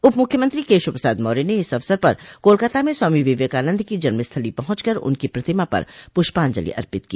उप मुख्यमंत्री केशव प्रसाद मौर्य ने इस अवसर पर कोलकाता में स्वामी विवेकानंद की जन्म स्थली पहुंच कर उनकी प्रतिमा पर पुष्पांजलि अर्पित की